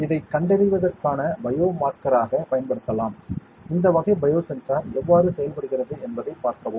இதைக் கண்டறிவதற்கான பயோமார்க்கராக பயன்படுத்தலாம் இந்த வகை பயோ சென்சார் எவ்வாறு செயல்படுகிறது என்பதைப் பார்க்கவும்